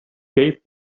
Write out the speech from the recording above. gave